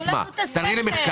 תראו לנו את הספר, תראי לי מחקר.